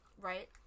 Right